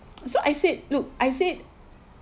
so I said look I said